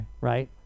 Right